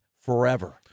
forever